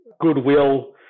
goodwill